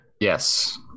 Yes